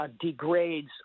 degrades